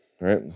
right